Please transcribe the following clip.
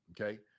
Okay